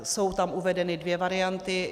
Jsou tam uvedeny dvě varianty.